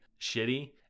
shitty